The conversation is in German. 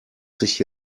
sich